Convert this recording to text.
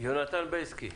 יונתן בייסקי.